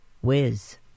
Wiz